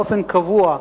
באופן קבוע,